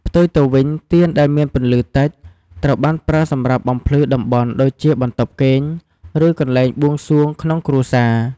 ផ្ទុយទៅវិញ ទៀនដែលមានពន្លឺតិច ត្រូវបានប្រើសម្រាប់បំភ្លឺតំបន់ដូចជាបន្ទប់គេង ឬកន្លែងបួងសួងក្នុងគ្រួសារ។